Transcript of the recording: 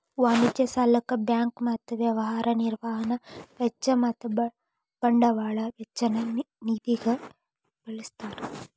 ವಾಣಿಜ್ಯ ಸಾಲಕ್ಕ ಬ್ಯಾಂಕ್ ಮತ್ತ ವ್ಯವಹಾರ ನಿರ್ವಹಣಾ ವೆಚ್ಚ ಮತ್ತ ಬಂಡವಾಳ ವೆಚ್ಚ ನ್ನ ನಿಧಿಗ ಬಳ್ಸ್ತಾರ್